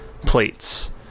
plates